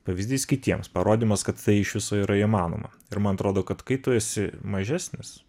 pavyzdys kitiems parodymas kad tai iš viso yra įmanoma ir man atrodo kad kai tu esi mažesnis